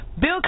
Bill